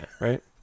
right